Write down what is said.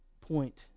point